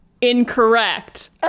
incorrect